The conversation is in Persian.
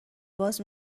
باز